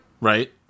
Right